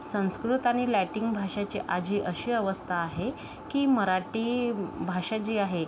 संस्कृत आनि लॅटिंग भाषेची आज ही अशी अवस्था आहे की मराठी भाषा जी आहे